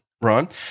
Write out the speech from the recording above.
right